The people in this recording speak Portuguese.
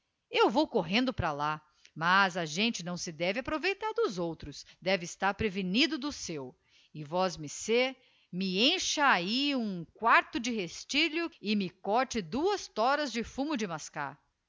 eu vou correndo para lá mas a gente não se deve aproveitar dos outros deve estar prevenido do seu e vosmec me encha ahi um quarto de restillo e me corte duas toras de fumo de mascar